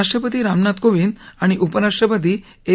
राष्ट्रपती रामनाथ कोविंद आणि उपराष्ट्रपती एम